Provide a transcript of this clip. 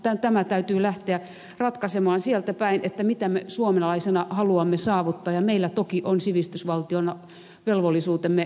tämä täytyy lähteä ratkaisemaan sieltäpäin mitä me suomalaisina haluamme saavuttaa ja meillä toki on sivistysvaltiona velvollisuutemme myös afganistanissa